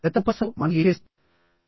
గత ఉపన్యాసంలో మనం ఏమి చేశాం